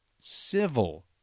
Civil